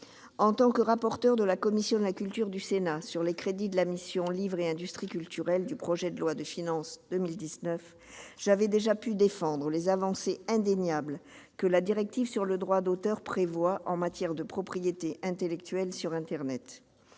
En tant que rapporteur de la commission de la culture sur les crédits de la mission « Livre et industries culturelles » du projet de loi de finances pour 2019, j'ai défendu les avancées indéniables que la directive sur le droit d'auteur prévoit en matière de propriété intellectuelle sur internet.